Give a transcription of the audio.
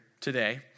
today